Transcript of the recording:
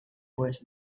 was